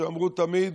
אמרו תמיד